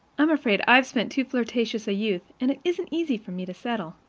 i'm afraid i've spent too flirtatious a youth, and it isn't easy for me to settle.